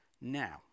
Now